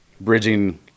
bridging